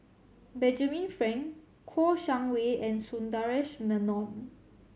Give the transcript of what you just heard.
Benjamin Frank Kouo Shang Wei and Sundaresh Menon